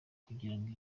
kugirango